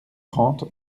trente